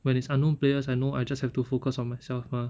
when it's unknown players I know I just have to focus on myself mah